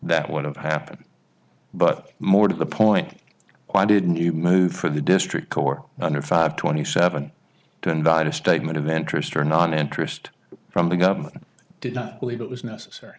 that would have happened but more to the point why didn't you move for the district court under five twenty seven to indict a statement of ventress or not interest from the government did i believe it was necessary